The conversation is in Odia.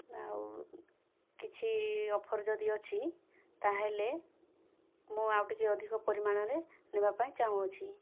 ଆଉ କିଛି ଅଫର୍ ଯଦି ଅଛି ତାହେଲେ ମୁଁ ଆଉ ଟିକିଏ ଅଧିକା ପରିମାଣରେ ନେବାପାଇଁ ଚାହୁଁଅଛି